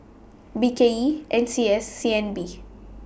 B K E N C S and C N B